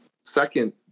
second